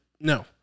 No